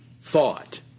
thought